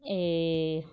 ஏ